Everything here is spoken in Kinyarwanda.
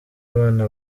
abana